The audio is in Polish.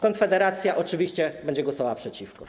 Konfederacja oczywiście będzie głosowała przeciwko.